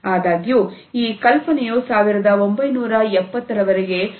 ಆದಾಗ್ಯೂ ಈ ಕಲ್ಪನೆಯು 1970 ರವರೆಗೆ ಸುಪ್ತವಾಗಿತ್ತು